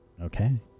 Okay